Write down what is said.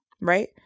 Right